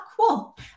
cool